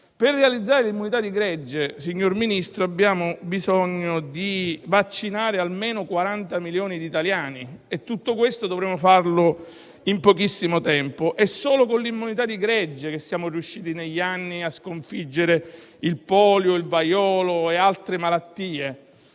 realizzare l'immunità di gregge e, per fare ciò, signor Ministro, abbiamo bisogno di vaccinare almeno 40 milioni di italiani. E tutto questo dovremo farlo in pochissimo tempo. È solo con l'immunità di gregge che siamo riusciti, negli anni, a sconfiggere la poliomielite, il vaiolo e altre malattie.